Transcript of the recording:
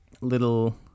little